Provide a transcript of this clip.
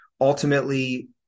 ultimately